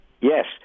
Yes